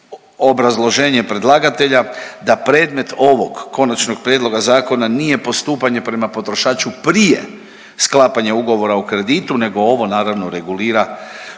obrazloženje predlagatelja da predmet ovog konačnog prijedloga zakona nije postupanje prema potrošaču prije sklapanja ugovora o kreditu, nego ovo naravno regulira